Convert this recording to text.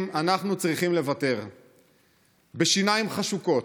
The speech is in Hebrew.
אנחנו צריכים לוותר בשיניים חשוקות.